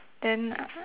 then